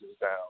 down